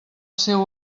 seu